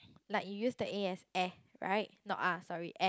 like you use the A as air right not ah sorry air